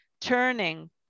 turning